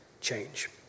change